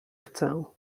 chcę